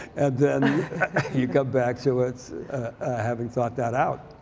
then you come back to it having thought that out.